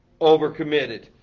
Overcommitted